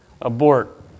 abort